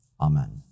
Amen